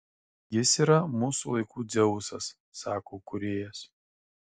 jis yra mūsų laikų dzeusas sako kūrėjas